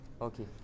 Okay